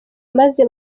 maze